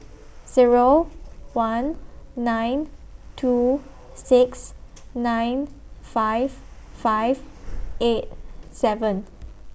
Zero one nine two six nine five five eight seven